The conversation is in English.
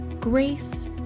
Grace